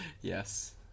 Yes